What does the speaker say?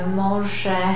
może